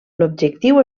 l’objectiu